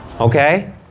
okay